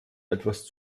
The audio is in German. etwas